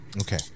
Okay